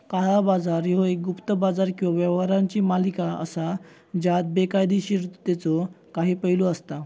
काळा बाजार ह्यो एक गुप्त बाजार किंवा व्यवहारांची मालिका असा ज्यात बेकायदोशीरतेचो काही पैलू असता